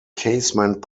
casement